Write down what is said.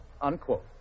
unquote